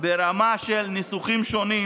ברמה של ניסוחים שונים.